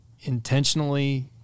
intentionally